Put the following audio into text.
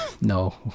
no